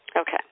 Okay